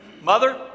mother